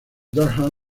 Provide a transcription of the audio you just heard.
durham